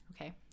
Okay